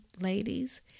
Ladies